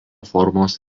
formos